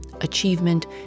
achievement